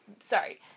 Sorry